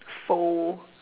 foe